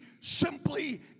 simply